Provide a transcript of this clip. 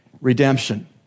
redemption